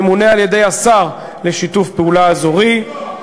ממונה על-ידי השר לשיתוף פעולה אזורי.